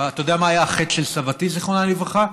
אתה יודע מה היה החטא של סבתי, זיכרונה לברכה?